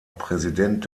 präsident